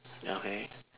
ya okay